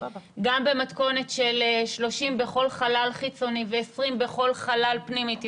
גם במתכונת של 30 בכל חלל חיצוני ו-20 בכל חלל פנימי.